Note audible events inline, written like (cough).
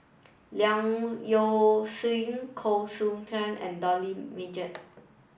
Leong (unintelligible) Koh Seow Chuan and Dollah Majid